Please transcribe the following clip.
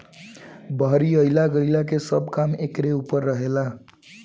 बहरी अइला गईला के सब काम एकरे ऊपर रहेला